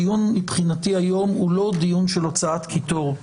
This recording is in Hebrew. הדיון מבחינתי היום הוא לא דיון של הוצאת קיטור,